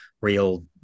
real